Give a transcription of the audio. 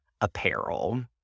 apparel